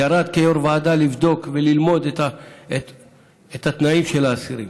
ירד כיו"ר ועדה לבדוק וללמוד את התנאים של האסירים.